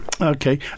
Okay